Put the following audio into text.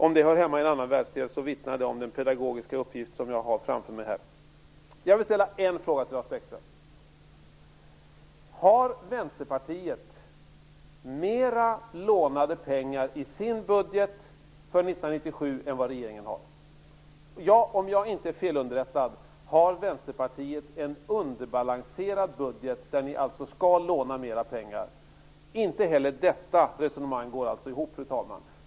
Om detta hör hemma i en annan världsdel vittnar det om den pedagogiska uppgift som jag har framför mig. Jag vill ställa ytterligare en fråga till Lars Bäckström: Har Vänsterpartiet mera lånade pengar i sin budget för 1997 än vad regeringen har? Om jag inte är felunderrättad har Vänsterpartiet en underbalanserad budget där ni alltså skall låna mera pengar. Inte heller detta resonemang går ihop.